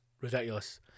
Ridiculous